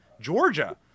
Georgia